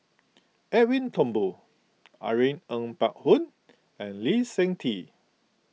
Edwin Thumboo Irene Ng Phek Hoong and Lee Seng Tee